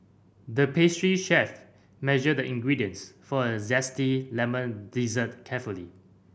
the pastry chef measured the ingredients for a zesty lemon dessert carefully